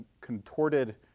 contorted